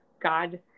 god